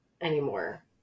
anymore